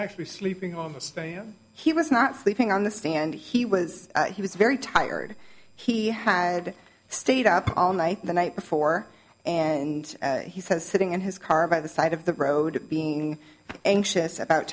actually sleeping homeless he was not sleeping on the stand he was he was very tired he had stayed up all night the night before and he says sitting in his car by the side of the road being anxious about